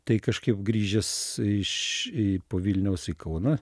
tai kažkaip grįžęs iš po vilniaus į kauną